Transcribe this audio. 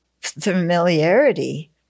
familiarity